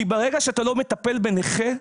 כי ברגע שאתה לא מטפל בנכה,